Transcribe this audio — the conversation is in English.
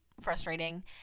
frustrating